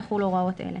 יחולו הוראות אלה: